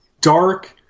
dark